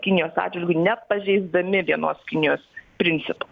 kinijos atžvilgiu nepažeisdami vienos kinijos principo